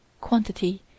quantity